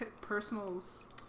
personals